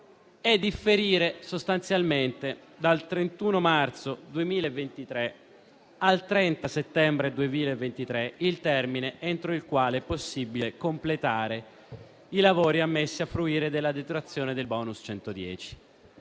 è differire sostanzialmente dal 31 marzo 2023 al 30 settembre 2023 il termine entro il quale è possibile completare i lavori ammessi a fruire della detrazione del bonus 110.